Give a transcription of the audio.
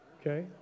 Okay